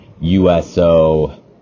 uso